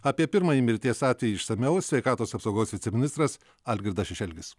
apie pirmąjį mirties atvejį išsamiau sveikatos apsaugos viceministras algirdas šešelgis